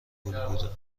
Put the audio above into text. بودم